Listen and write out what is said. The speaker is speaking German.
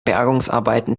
bergungsarbeiten